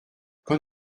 qu’en